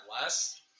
Less